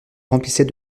remplissait